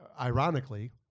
ironically